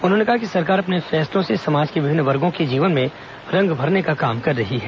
उन्होंने कहा कि सरकार अपने फैसलों से समाज के विभिन्न वर्गों के जीवन में रंग भरने का काम कर रहे हैं